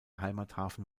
heimathafen